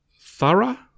thorough